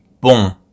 Bon